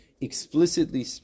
explicitly